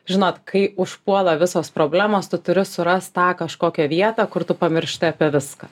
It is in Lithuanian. žinot kai užpuola visos problemos tu turi surast tą kažkokią vietą kur tu pamiršti apie viską